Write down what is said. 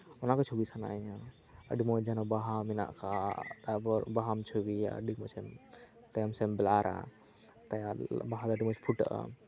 ᱚᱱᱟᱠᱚ ᱪᱷᱚᱵᱤ ᱥᱟᱱᱟᱭᱤᱧᱟᱹ ᱟᱹᱰᱤ ᱢᱚᱸᱡᱽ ᱡᱟᱦᱟᱱᱟᱜ ᱵᱟᱦᱟ ᱢᱮᱱᱟᱜ ᱟᱠᱟᱫ ᱛᱟᱨᱯᱚᱨ ᱵᱟᱦᱟᱢ ᱪᱷᱚᱵᱤᱭᱟ ᱟᱹᱰᱤᱢᱚᱪᱮᱢ ᱛᱟᱭᱚᱢᱥᱮᱫ ᱮᱢ ᱵᱞᱟᱨᱟ ᱵᱟᱦᱟ ᱫᱟᱨᱮ ᱟᱹᱰᱤ ᱢᱚᱸᱡᱽ ᱯᱷᱩᱴᱟᱹᱜᱼᱟ